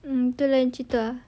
tu lah yang cerita